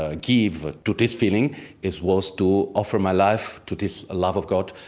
ah give but to this feeling is was to offer my life to this love of god,